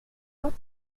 not